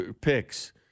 picks